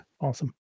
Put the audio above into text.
Awesome